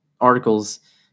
articles